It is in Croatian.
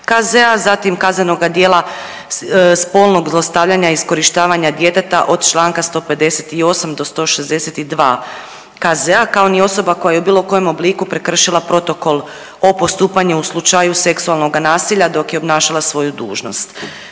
KZ-a, zatim kaznenoga djela spolnog zlostavljanja i iskorištavanja djeteta od čl. 158. do 162. KZ-a, kao ni osoba koja je u bilo kojem obliku prekršila protokol o postupanju u slučaju seksualnoga nasilja dok je obnašala svoju dužnost.